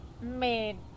made